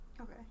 Okay